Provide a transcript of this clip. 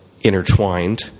intertwined